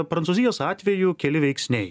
prancūzijos atveju keli veiksniai